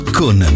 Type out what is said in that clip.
con